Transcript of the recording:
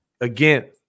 again